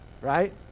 right